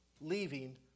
leaving